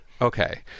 Okay